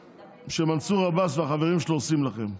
שמנסור עבאס והחברים שלו עושים לכם.